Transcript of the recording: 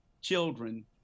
children